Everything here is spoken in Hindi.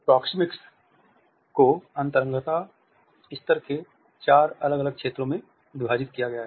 प्रॉक्सिमिक्स को अंतरंगता स्तर के चार अलग अलग क्षेत्रों में विभाजित किया गया है